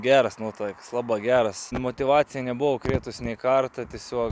geros nuotaikos labai geros motyvacija nebuvo kritus nei kartą tiesiog